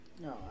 No